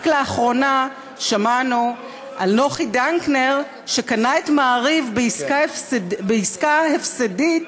רק לאחרונה שמענו על נוחי דנקנר שקנה את "מעריב" בעסקה הפסדית,